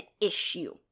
issue